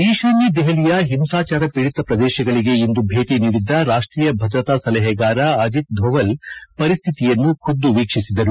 ಈಶಾನ್ನ ದೆಪಲಿಯ ಹಿಂಸಾಚಾರ ಪೀಡಿತ ಪ್ರದೇಶಗಳಿಗೆ ಇಂದು ಭೇಟಿ ನೀಡಿದ್ದ ರಾಷ್ಷೀಯ ಭದ್ರತಾ ಸಲಹೆಗಾರ ಅಜಿತ್ ಧೋವಲ್ ಪರಿಸ್ಥಿತಿಯನ್ನು ಖುದ್ದು ವೀಕ್ಷಿಸಿದರು